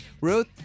Ruth